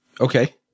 Okay